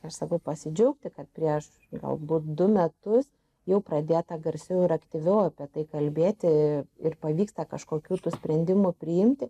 aš sakau pasidžiaugti kad prieš galbūt du metus jau pradėta garsiau ir aktyviau apie tai kalbėti ir pavyksta kažkokių tų sprendimų priimti